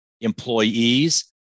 employees